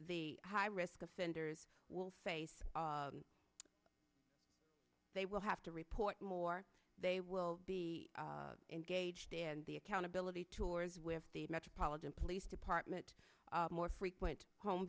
the high risk offenders will face they will have to report more they will be engaged in the accountability tours with the metropolitan police department more frequent home